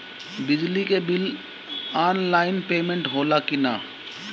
बिजली के bill online payment होला कि ना?